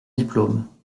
diplôme